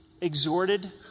exhorted